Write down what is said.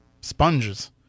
sponges